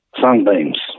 sunbeams